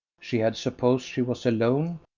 she had supposed she was alone,